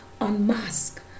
unmask